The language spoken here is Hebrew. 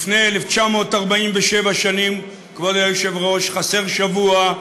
לפני 1,947 שנים, כבוד היושב-ראש, חסר שבוע,